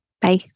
Bye